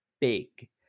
big